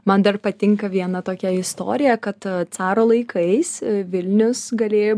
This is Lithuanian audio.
man dar patinka viena tokia istorija kad caro laikais vilnius galėjo